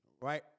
right